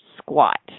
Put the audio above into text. squat